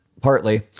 partly